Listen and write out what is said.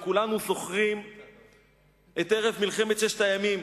וכולנו זוכרים את ערב מלחמת ששת הימים,